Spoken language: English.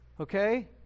okay